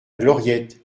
gloriette